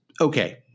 okay